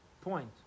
point